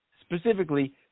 specifically